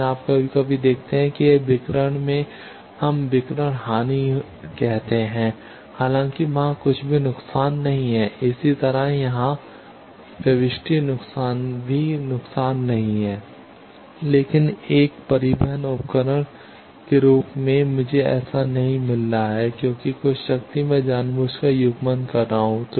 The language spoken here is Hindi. इसलिए आप कभी कभी देखते हैं कि एक विकिरण में हम विकिरण हानि हुए कहते हैं हालांकि वहाँ कुछ भी नुकसान नहीं है इसी तरह यहाँ प्रविष्टि नुकसान भी नुकसान नहीं है लेकिन एक परिवहन उपकरण के रूप में मुझे ऐसा नहीं मिल रहा है क्योंकि कुछ शक्ति मैं जानबूझकर युग्मन कर रहा हूं